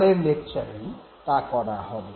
পরের লেকচারে তা করা হবে